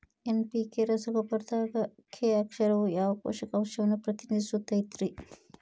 NPK ರಸಗೊಬ್ಬರದಾಗ K ಅಕ್ಷರವು ಯಾವ ಪೋಷಕಾಂಶವನ್ನ ಪ್ರತಿನಿಧಿಸುತೈತ್ರಿ?